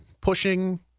pushing